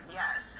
yes